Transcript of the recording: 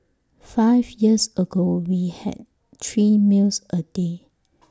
five years ago we had three meals A day